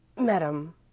Madam